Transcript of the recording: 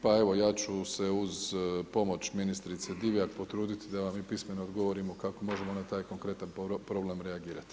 Pa evo ja ću se uz pomoć ministrice Divjak potruditi da vam i pismeno odgovorimo kako možemo na taj konkretan problem reagirati.